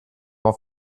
auf